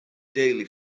daily